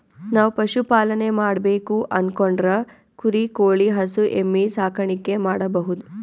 ನಾವ್ ಪಶುಪಾಲನೆ ಮಾಡ್ಬೇಕು ಅನ್ಕೊಂಡ್ರ ಕುರಿ ಕೋಳಿ ಹಸು ಎಮ್ಮಿ ಸಾಕಾಣಿಕೆ ಮಾಡಬಹುದ್